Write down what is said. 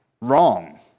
wrong